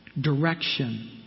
direction